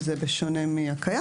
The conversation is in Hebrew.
וזה בשונה מהקיים.